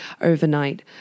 overnight